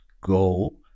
go